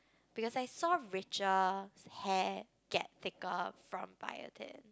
because I saw Rachel's hair get thicker from biotin